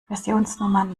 versionsnummern